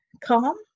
calm